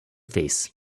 face